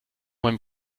mein